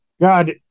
God